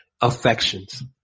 affections